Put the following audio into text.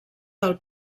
del